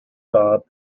bob